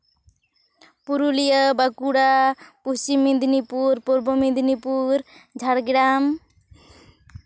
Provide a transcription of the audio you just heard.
Purulia Bankura Paschim Medinipur Purba Medinipur Jhargram